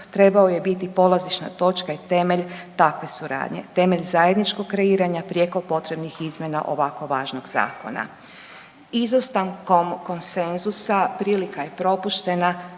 trebao je biti polazišna točka i temelj takve suradnje, temelj zajedničkog kreiranja prijeko potrebnih izmjena ovako važnog zakona. Izostankom konsenzusa prilika je propuštena,